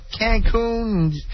Cancun